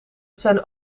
zijn